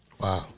wow